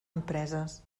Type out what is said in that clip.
empreses